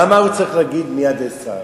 למה הוא צריך להגיד "מיד עשו"?